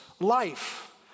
life